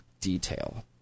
detail